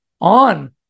on